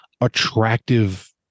attractive